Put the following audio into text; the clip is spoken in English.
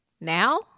now